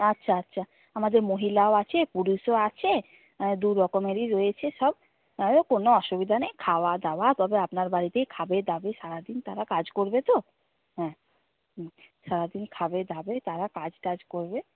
আচ্ছা আচ্ছা আমাদের মহিলাও আছে পুরুষও আছে দুরকমেরই রয়েছে সব কোনো অসুবিধা নেই খাওয়া দাওয়া তবে আপনার বাড়িতেই খাবে দাবে সারাদিন তারা কাজ করবে তো হ্যাঁ হুম সারাদিন খাবে দাবে তারা কাজ টাজ করবে